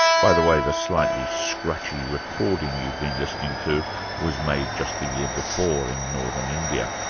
by the way, the slightly scratchy recording you've been listening to was made just the year before, in northern india.